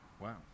Wow